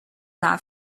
not